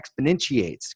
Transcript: exponentiates